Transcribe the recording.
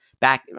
back